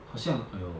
好像 !aiyo!